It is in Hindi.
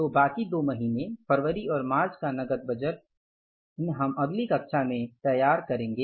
तो बाकी दो महीने फरवरी और मार्च का नकद बजट इन हम अगली कक्षा में तैयार करेंगे